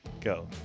go